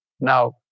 Now